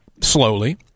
slowly